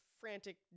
frantic